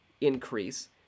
increase